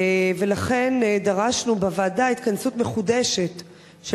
ולכן דרשנו בוועדה התכנסות מחודשת של